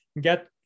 get